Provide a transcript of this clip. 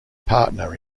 partner